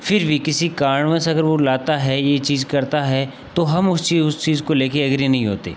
फिर भी किसी कारणवश अगर वे लाता है यह चीज़ करता है तो हम उस चीज़ उस चीज़ को लेकर एग्री नहीं होते